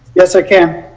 yes i can?